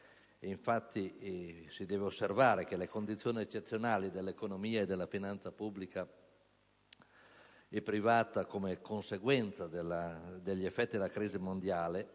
Infatti, si deve osservare che le condizioni eccezionali dell'economia e della finanza pubblica e privata, come conseguenza degli effetti della crisi mondiale,